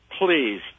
please